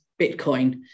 Bitcoin